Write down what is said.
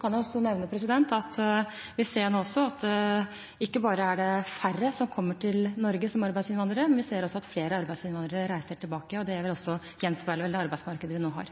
kan også nevne at vi nå ser at ikke bare er det færre som kommer til Norge som arbeidsinnvandrere, vi ser også at flere arbeidsinnvandrere reiser tilbake. Det gjenspeiler også det arbeidsmarkedet vi nå har.